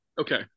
Okay